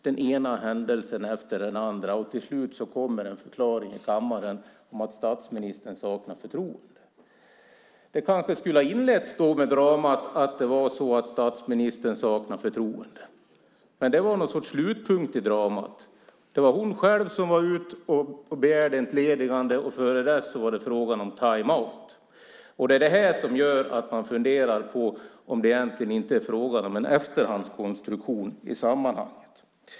Den ena händelsen följer på den andra, och till slut kommer en förklaring i kammaren om att statsministern saknar förtroende för Ulrica Schenström. Dramat kanske skulle ha inletts med att statsministern saknar förtroende för henne. Men det var någon sorts slutpunkt i dramat. Det var Ulrica Schenström själv som gick ut och begärde entledigande. Innan dess var det fråga om timeout. Det är det här som gör att man funderar på om det egentligen inte är fråga om en efterhandskonstruktion i sammanhanget.